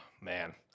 man